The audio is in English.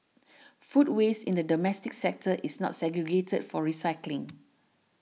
food waste in the domestic sector is not segregated for recycling